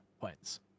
points